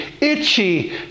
itchy